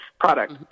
product